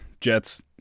Jets